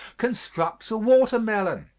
constructs a watermelon.